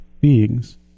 beings